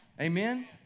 Amen